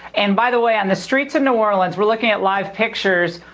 and by the way, on the streets of new orleans, we're looking at live pictures.